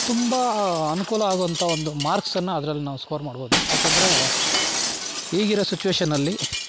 ತುಂಬ ಅನುಕೂಲ ಆಗುವಂಥ ಒಂದು ಮಾರ್ಕ್ಸನ್ನು ಅದ್ರಲ್ಲಿ ನಾವು ಸ್ಕೋರ್ ಮಾಡ್ಬೋದು ಯಾಕಂದರೆ ಈಗಿರೋ ಸಿಚುಯೇಶನಲ್ಲಿ